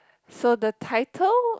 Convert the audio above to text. so the title